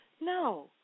No